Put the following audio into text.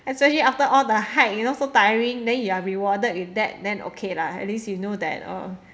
especially after all the hike you know so tiring then you are rewarded with that then okay lah at least you know that uh